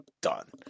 done